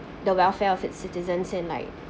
the welfare of its citizens and like